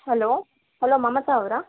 hello hello Mamata ಅವರಾ